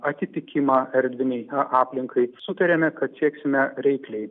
atitikimą erdvinei a aplinkai sutarėme kad sieksime reikliai